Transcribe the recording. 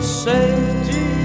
safety